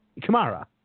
Kamara